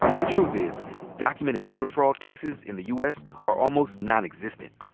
the truth is documented voter fraud cases in the u. s. are almost nonexistent.